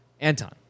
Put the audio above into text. Anton